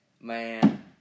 Man